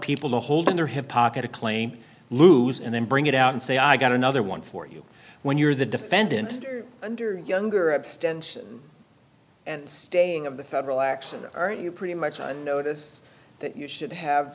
people to hold in their hip pocket a claim lose and then bring it out and say i got another one for you when you're the defendant under younger abstention and staying of the federal action or are you pretty much on notice that you should have